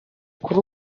kuri